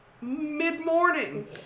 mid-morning